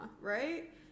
right